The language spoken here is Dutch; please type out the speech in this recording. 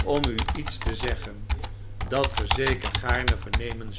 om u iets te zeggen dat ge zeker gaarne vernemen